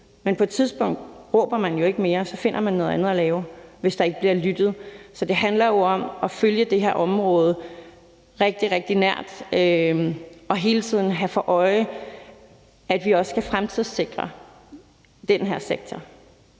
men på et tidspunkt råber man jo ikke mere, for så finder man noget andet at lave, hvis der ikke bliver lyttet. Så det handler om at følge det her område rigtig, rigtig nært og hele tiden have for øje, at vi også skal fremtidssikre den her sektor.